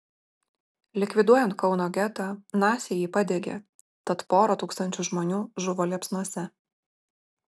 likviduojant kauno getą naciai jį padegė tad pora tūkstančių žmonių žuvo liepsnose